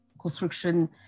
construction